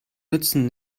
nützen